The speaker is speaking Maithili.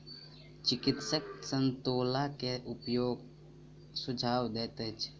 चिकित्सक संतोला के उपयोगक सुझाव दैत अछि